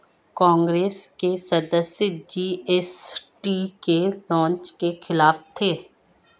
कांग्रेस के सदस्य जी.एस.टी के लॉन्च के खिलाफ थे